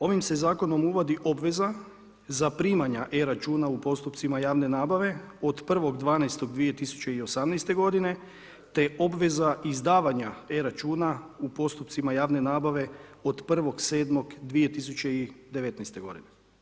Ovim se zakonom uvodi obveza zaprimanja e-računa u postupcima javne nabave od 01. 12. 2018. godine, te obveza izdavanja e-računa u postupcima javne nabave od 01. 07. 2019. godine.